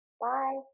Bye